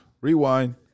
Rewind